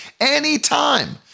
Anytime